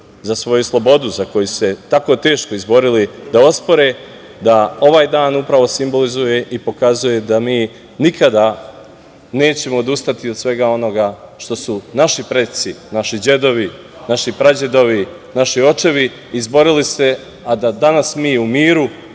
svoju slobodu za koju su se tako teško izborili, da ospore da ovaj dan upravo simbolizuje i pokazuje da mi nikada nećemo odustati od svega onoga što su naši preci, naši dedovi, naši pradedovi, naši očevi izborili se, a da danas mi u miru,